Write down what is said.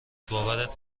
باورت